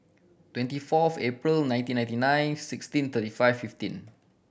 twenty fourth April nineteen ninety nine sixteen thirty five fifteen